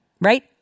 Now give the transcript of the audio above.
right